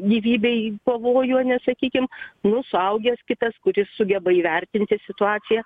gyvybei pavojų ane sakykim nu suaugęs kitas kuris sugeba įvertinti situaciją